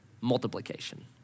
multiplication